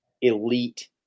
elite